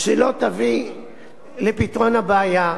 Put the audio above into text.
שלא תביא לפתרון הבעיה,